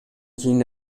кийин